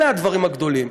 אלה הדברים הגדולים.